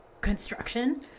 construction